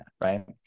right